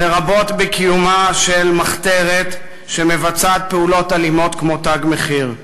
לרבות בקיומה של מחתרת שמבצעת פעולות אלימות כמו "תג מחיר".